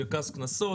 מרכז קנסות,